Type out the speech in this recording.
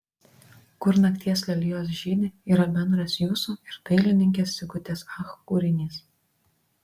kur nakties lelijos žydi yra bendras jūsų ir dailininkės sigutės ach kūrinys